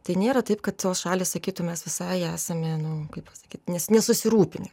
tai nėra taip kad tos šalys sakytų mes visai esame nu kaip pasakyt nes nesusirūpinę